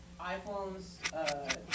iPhones